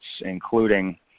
including